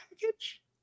package